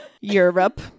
Europe